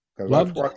love